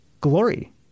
glory